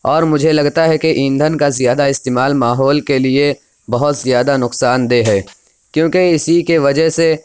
اور مجھے لگتا ہے کہ ایندھن کا زیادہ استعمال ماحول کے لیے بہت زیادہ نقصان دہ ہے کیوں کہ اسی کی وجہ سے